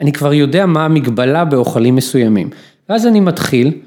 ‫אני כבר יודע מה המגבלה ‫באוכלים מסוימים, ואז אני מתחיל.